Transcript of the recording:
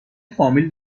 فامیل